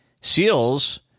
SEALs